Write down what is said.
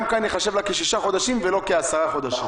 גם כאן זה ייחשב לה כשישה חודשים ולא כ-10 חודשים.